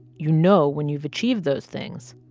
you know when you've achieved those things.